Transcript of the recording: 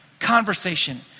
Conversation